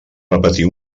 repetir